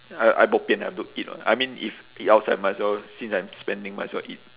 I I bo pian have to eat [what] I mean if eat outside might as well since I'm spending might as well eat